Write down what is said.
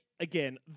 Again